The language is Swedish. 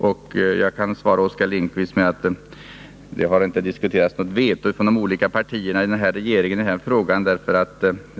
Jag kan svara Oskar Lindkvist att det har inte diskuterats något veto från de olika partierna i regeringen i den här frågan.